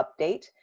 update